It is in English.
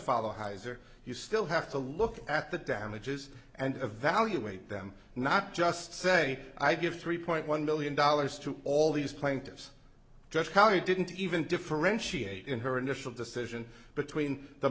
follow highs or you still have to look at the damages and evaluate them not just say i give three point one million dollars to all these plaintiffs just how i didn't even differentiate in her initial decision between the